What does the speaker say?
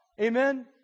Amen